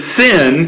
sin